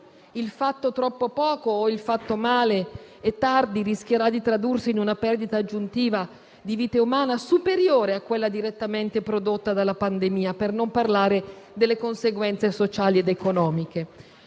il fatto troppo poco o il fatto male e tardi rischierà di tradursi in una perdita aggiuntiva di vite umane superiore a quella direttamente prodotta dalla pandemia, per non parlare delle conseguenze sociali ed economiche.